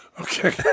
okay